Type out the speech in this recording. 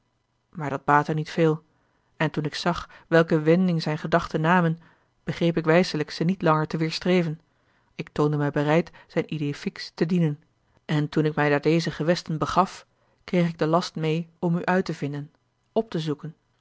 maar dat baatte niet veel en toen ik zag welke wending zijne gedachten namen begreep ik wijselijk ze niet langer te weêrstreven ik toonde mij bereid zijn idée fixe te dienen en toen ik mij naar deze gewesten begaf kreeg ik den last meê om u uit te vinden op te zoeken